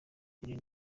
uyu